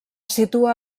situa